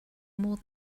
more